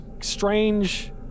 strange